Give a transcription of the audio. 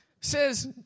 says